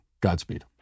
godspeed